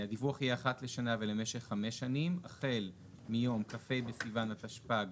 "הדיווח יהיה אחת לשנה ולמשך חמש שנים החל מיום כ"ה בסיוון התשפ"ג,